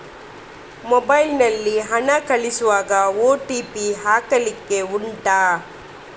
mobile ನಲ್ಲಿ ಹಣ ಕಳಿಸುವಾಗ ಓ.ಟಿ.ಪಿ ಹಾಕ್ಲಿಕ್ಕೆ ಉಂಟಾ